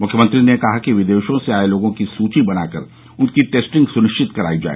मुख्यमंत्री ने कहा कि विदेशों से आए लोगों की सुची बनाकर उनकी टेस्टिंग सुनिश्चित कराई जाए